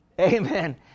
Amen